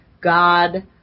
God